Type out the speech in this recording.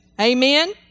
Amen